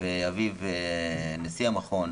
ואביו נשיא המכון,